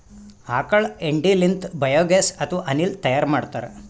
ಆಕಳ್ ಹೆಂಡಿ ಲಿಂತ್ ಬಯೋಗ್ಯಾಸ್ ಅಥವಾ ಅನಿಲ್ ತೈಯಾರ್ ಮಾಡ್ತಾರ್